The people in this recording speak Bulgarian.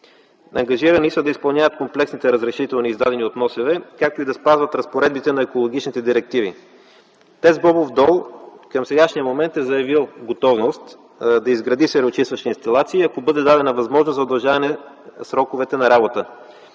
Ангажирани са да изпълняват комплексните разрешителни, издадени от МОСВ, както и да спазват разпоредбите на екологичните директиви. ТЕЦ „Бобов дол” към сегашния момент е заявил готовност да изгради сероочистващи инсталации, ако бъде дадена възможност за удължаване на сроковете за работа.